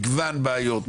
מגוון בעיות,